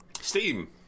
Steam